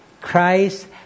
Christ